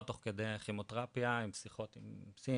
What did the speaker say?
תוך כדי כימותרפיה עם שיחות עם סין,